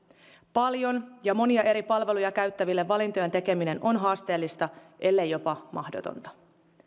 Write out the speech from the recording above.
paljon ja monia eri palveluja käyttäville valintojen tekeminen on haasteellista ellei jopa mahdotonta